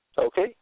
Okay